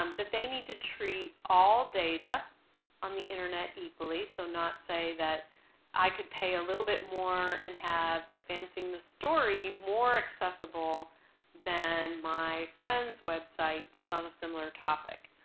um that they need to treat all data on the internet equally. so not say that i could pay a little bit more and have advancing the story more accessible than my friend's website that's on a similar topic.